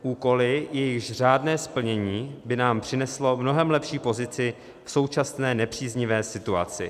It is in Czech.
Úkoly, jejichž řádné splnění by nám přineslo mnohem lepší pozici v současné nepříznivé situaci.